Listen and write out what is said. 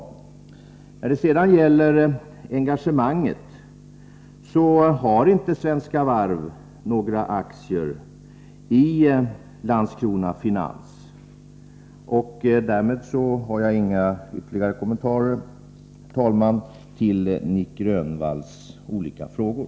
När det gäller engagemanget kan jag bara upprepa att Svenska Varv inte har några aktier i Landskrona Finans. Därmed har jag inga ytterligare kommentarer, herr talman, till Nic Grönvalls olika frågor.